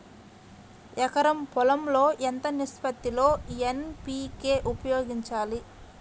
ఎకరం పొలం లో ఎంత నిష్పత్తి లో ఎన్.పీ.కే ఉపయోగించాలి?